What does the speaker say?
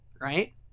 right